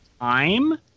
time